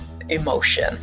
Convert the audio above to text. emotion